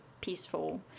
peaceful